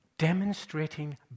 Demonstrating